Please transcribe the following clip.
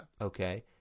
Okay